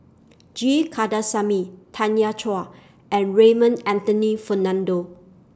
G Kandasamy Tanya Chua and Raymond Anthony Fernando